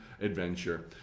Adventure